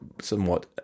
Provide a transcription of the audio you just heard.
somewhat